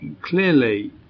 Clearly